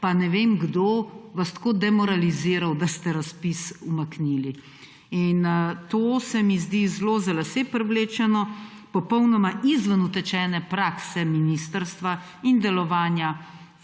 pa ne vem kdo tako demoraliziral, da ste razpis umaknili. To se mi zdi zelo za lase privlečeno, popolnoma izven utečene prakse ministrstva in delovanja